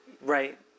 Right